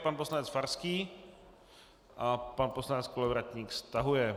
Pan poslanec Farský a pan poslanec Kolovratník stahuje.